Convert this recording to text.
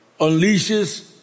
unleashes